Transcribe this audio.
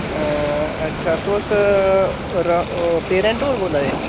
अच्छा तुस पेरन्ट होर बोलै दे